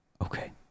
Okay